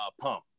Pump